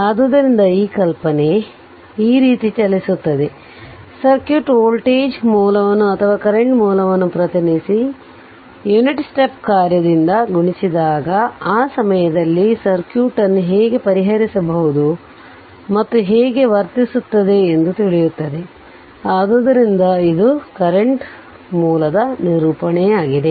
ಆದ್ದರಿಂದ ಈ ಕಲ್ಪನೆ n ಈ ರೀತಿ ಚಲಿಸುತ್ತದೆ ಸರ್ಕ್ಯೂಟ್ ವೋಲ್ಟೇಜ್ ಮೂಲವನ್ನು ಅಥವಾ ಕರೆಂಟ್ ಮೂಲವನ್ನು ಪ್ರತಿನಿಧಿಸಿ ಯುನಿಟ್ ಸ್ಟೆಪ್ ಕಾರ್ಯದಿಂದ ಗುಣಿಸಿದಾಗ ಆ ಸಮಯದಲ್ಲಿ ಸರ್ಕ್ಯೂಟ್ ಅನ್ನು ಹೇಗೆ ಪರಿಹರಿಸುವುದು ಮತ್ತು ಅದು ಹೇಗೆ ವರ್ತಿಸುತ್ತದೆ ಎಂದು ತಿಳಿಯುತ್ತದೆ ಆದ್ದರಿಂದ ಇದು ಕರೆಂಟ್ ಮೂಲದ ನಿರೂಪಣೆಯಾಗಿದೆ